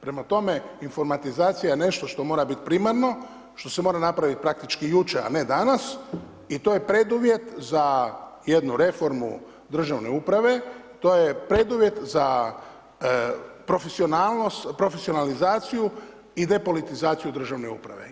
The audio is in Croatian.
Prema tome, informatizacija je nešto što mora biti primarno, što se mora napraviti praktički jučer a ne danas i to je preduvjet za jednu reformu državne uprave, to je preduvjet za profesionalnost, profesionalizaciju i depolitizaciju državne uprave.